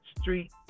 street